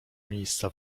miejsca